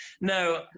No